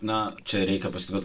na čia reikia pastebėt